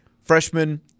freshman